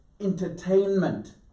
entertainment